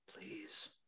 please